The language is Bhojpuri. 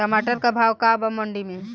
टमाटर का भाव बा मंडी मे?